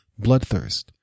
bloodthirst